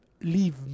leave